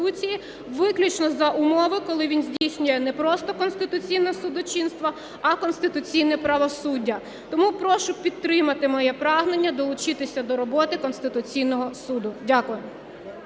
виключно за умови, коли він здійснює не просто конституційне судочинство, а конституційне правосуддя. Тому прошу підтримати моє прагнення долучитися до роботи Конституційного Суду. Дякую.